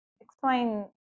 Explain